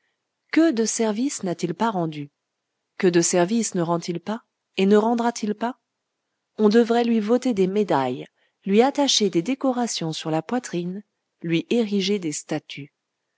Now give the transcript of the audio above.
que de services n'a-t-il pas rendus que de services ne rend-il pas et ne rendra-t-il pas on devrait lui voter des médailles lui attacher des décorations sur la poitrine lui ériger des statues